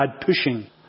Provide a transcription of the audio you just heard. pushing